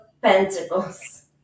pentacles